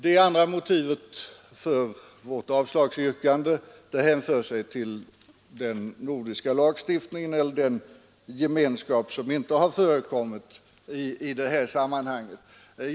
Det andra motivet för vårt avslagsyrkande hänför sig till den bristande gemenskap som i detta sammanhang har förelegat i den nordiska lagstiftningen.